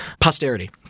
Posterity